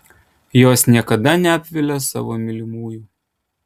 jos niekada neapvilia savo mylimųjų